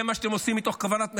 זה מה שאתם עושים מתוך כוונת מכוון.